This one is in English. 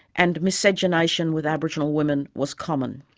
and miscegenation with aboriginal women was common.